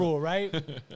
right